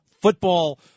football